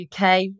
UK